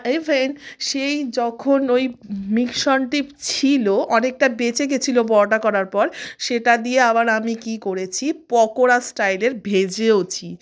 even সেই যখন ওই মিশ্রণটি ছিল অনেকটা বেঁচে গেছিল পরোটা করার পর সেটা দিয়ে আবার আমি কী করেছি পকোড়া স্টাইলের ভেজেওছি